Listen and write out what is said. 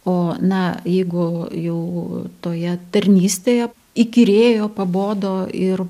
o na jeigu jau toje tarnystėje įkyrėjo pabodo ir